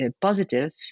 positive